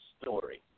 story